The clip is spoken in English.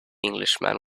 englishman